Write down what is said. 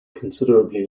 considerably